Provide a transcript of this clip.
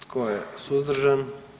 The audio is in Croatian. Tko je suzdržan?